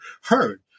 heard